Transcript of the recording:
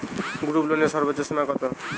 গ্রুপলোনের সর্বোচ্চ সীমা কত?